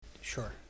Sure